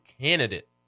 candidate